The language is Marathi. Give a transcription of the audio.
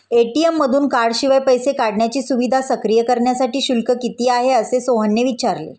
ए.टी.एम मधून कार्डशिवाय पैसे काढण्याची सुविधा सक्रिय करण्यासाठी शुल्क किती आहे, असे सोहनने विचारले